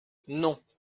non